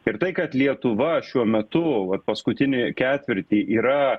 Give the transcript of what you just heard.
ir tai kad lietuva šiuo metu vat paskutinį ketvirtį yra